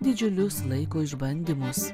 didžiulius laiko išbandymus